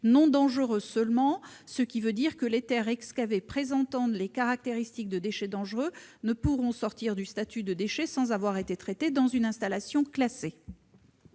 non dangereux seulement, ce qui veut dire que les terres excavées présentant les caractéristiques de déchets dangereux ne pourront sortir du statut de déchet sans avoir été traitées dans une installation classée.